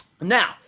Now